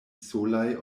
solaj